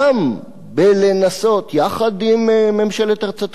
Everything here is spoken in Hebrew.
גם בלנסות, יחד עם ממשלת ארצות-הברית,